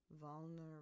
vulnerable